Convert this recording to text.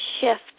shift